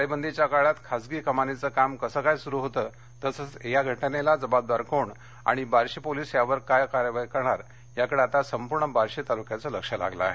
टाळेबंदीच्या काळात खाजगी कमानीचं काम कसं काय सुरु होतं तसंघ झालेल्या घटनेला जबाबदार कोण आणि बार्शी पोलिस यावर काय कारवाई करणार याकडे आता संपूर्ण बार्शी तालुक्याचे लक्ष लागले आहे